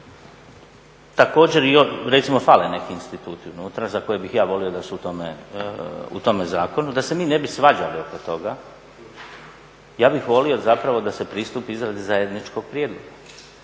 Također i recimo fale neki instituti unutra za koje bih ja volio da su u tome zakonu. Da se mi ne bi svađali oko toga, ja bih volio zapravo da se pristupi izradi zajedničkog prijedloga.